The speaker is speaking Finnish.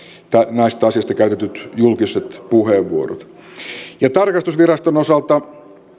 näistä asioista käytetyt julkiset puheenvuorot tarkastusviraston osalta